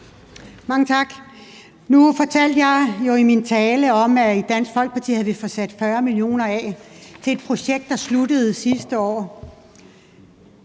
Mange tak. Nu fortalte jeg i min tale om, at vi i Dansk Folkeparti havde fået afsat 40 mio. kr. til et projekt, der sluttede sidste år.